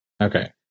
Okay